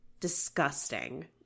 disgusting